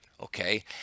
okay